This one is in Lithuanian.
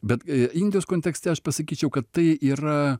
bet indijos kontekste aš pasakyčiau kad tai yra